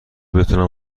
بتونم